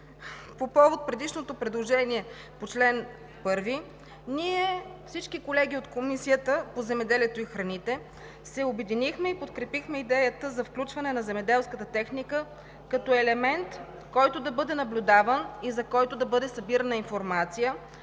по повод на предишното предложение по чл. 1, всички колеги от Комисията по земеделието и храните се обединихме и подкрепихме идеята за включване на земеделската техника като елемент, който да бъде наблюдаван и за който да бъде събирана информация